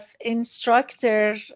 instructor